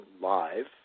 live